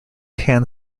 hand